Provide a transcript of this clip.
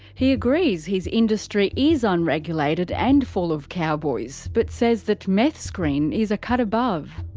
he agrees his industry is unregulated and full of cowboys, but says that meth screen is a cut above.